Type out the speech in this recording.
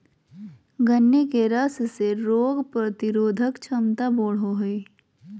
गन्ने के रस से रोग प्रतिरोधक क्षमता बढ़ो हइ